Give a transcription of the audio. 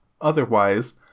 otherwise